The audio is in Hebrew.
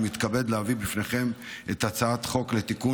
אני מתכבד להביא בפניכם את הצעת חוק לתיקון